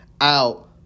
out